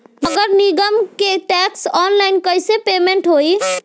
नगर निगम के टैक्स ऑनलाइन कईसे पेमेंट होई?